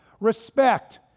respect